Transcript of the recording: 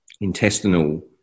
intestinal